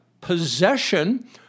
possession